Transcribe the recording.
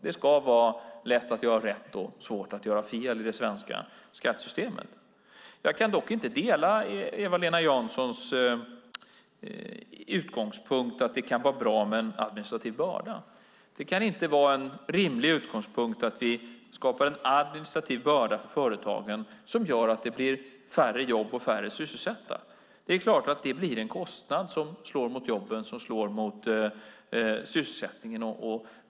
Det ska vara lätt att göra rätt och svårt att göra fel i det svenska skattesystemet. Jag kan dock inte dela Eva-Lena Janssons utgångspunkt att det kan vara bra med en administrativ börda. Det kan inte vara en rimlig utgångspunkt att vi skapar en administrativ börda för företagen som gör att det blir färre jobb och färre sysselsatta. Det blir en kostnad som slår mot jobben och sysselsättningen.